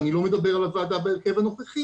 ואני לא מדבר על הוועדה בהרכב הנוכחי,